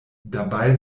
dabei